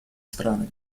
странами